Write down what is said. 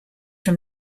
from